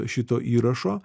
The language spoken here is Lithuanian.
šito įrašo